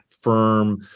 firm